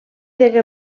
degué